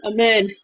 Amen